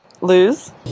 Lose